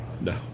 No